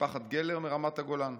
משפחת גלר מרמת הגולן.